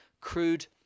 crude